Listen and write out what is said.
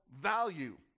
value